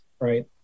right